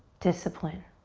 discipline.